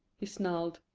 he snarled,